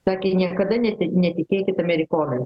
sakė niekada neti netikėkit amerikonai